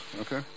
okay